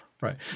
Right